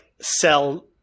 sell